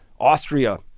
Austria